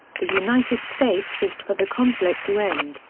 the united states wished for the conflict to end,